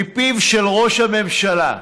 מפיו של ראש הממשלה,